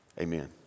amen